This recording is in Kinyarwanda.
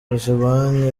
kojebanke